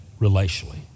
relationally